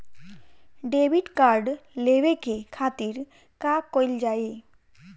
Debit card लेवे के खातिर का कइल जाइ?